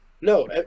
No